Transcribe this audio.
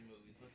movies